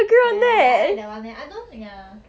ya I like that one eh I don't ya